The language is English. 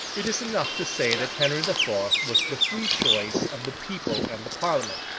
it is enough to say that henry the fourth was the free choice of the people and the parliament,